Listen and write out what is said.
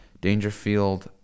Dangerfield